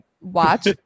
watch